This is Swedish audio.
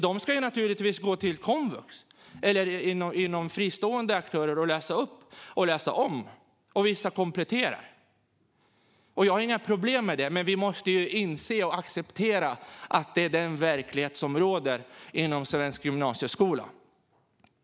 De ska naturligtvis gå till komvux eller fristående aktörer och läsa upp och läsa om, och vissa ska komplettera. Jag har inga problem med det, men vi måste inse och acceptera att det är denna verklighet som råder inom svensk gymnasieskola.